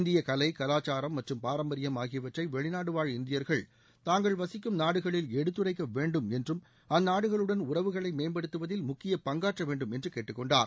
இந்திய கலை கலாச்சாரம் மற்றும் பாரம்பரியம் ஆகியவற்றை வெளிநாடுவாழ் இந்தியர்கள் தாங்கள் வசிக்கும் நாடுகளில் எடுத்துரைக்க வேண்டும் என்றும் அந்நாடுகளுடன் உறவுகளை மேம்படுத்துவதில் முக்கிய பங்காற்ற வேண்டும் என்று கேட்டுக்கொண்டார்